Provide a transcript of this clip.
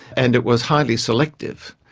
and it was highly selective.